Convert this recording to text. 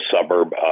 suburb